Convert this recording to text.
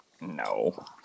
No